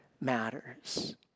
matters